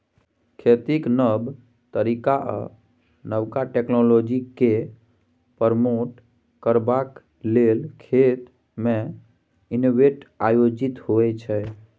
खेतीक नब तरीका आ नबका टेक्नोलॉजीकेँ प्रमोट करबाक लेल खेत मे इवेंट आयोजित होइ छै